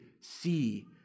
see